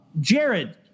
Jared